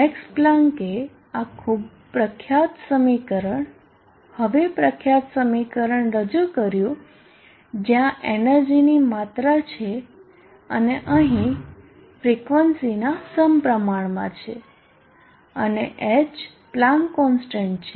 max પ્લાન્કે આ ખૂબ પ્રખ્યાત સમીકરણ હવે પ્રખ્યાત સમીકરણ રજૂ કર્યું જ્યાં એનર્જીની માત્રા છે અને અહીં ફ્રીકવંસીના સમપ્રમાણમાં છે અને H પ્લાંક કોન્સન્ટ છે